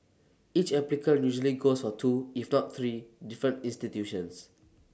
each applicant usually goes for two if not three different institutions